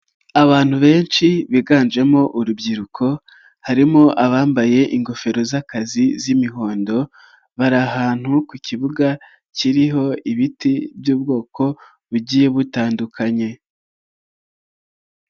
Abantu benshi biganjemo urubyiruko harimo abambaye ingofero z'akazi z'imihondo, bari ahantu ku kibuga kiriho ibiti by'ubwoko bugiye butandukanye.